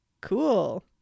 cool